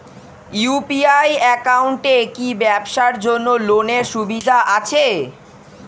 UPI একাউন্টে কি ব্যবসার জন্য লোনের সুবিধা আছে?